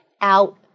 out